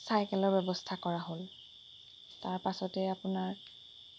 চাইকেলৰ ব্যৱস্থা কৰা হ'ল তাৰ পাছতে আপোনাৰ